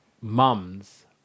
mums